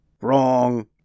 Wrong